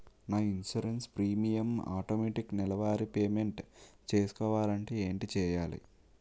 నా insurance premium automatic నెలవారి payment చేసుకోవాలంటే ఏంటి చేయాలి?